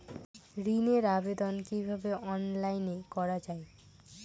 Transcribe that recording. ঋনের আবেদন কিভাবে অনলাইনে করা যায়?